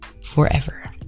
forever